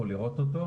יכול לצפות בו.